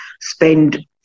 spend